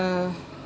uh